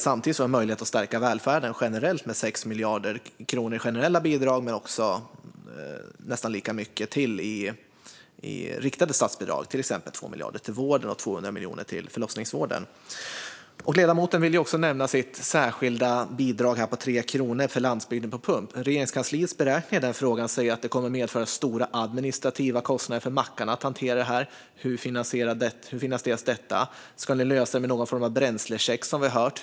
Samtidigt har vi en möjlighet att stärka välfärden generellt med 6 miljarder kronor i generella bidrag men också nästan lika mycket till i riktade statsbidrag, till exempel 2 miljarder till vården och 200 miljoner till förlossningsvården. Ledamoten vill ju också nämna sitt särskilda bidrag på 3 kronor på pump till landsbygden. Regeringskansliets beräkningar i den frågan säger att det kommer att medföra stora administrativa kostnader för mackarna att hantera detta. Hur finansieras detta? Ska ni lösa det med någon form av bränslecheck, som vi har hört?